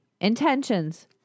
Intentions